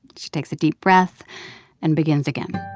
she takes a deep breath and begins again.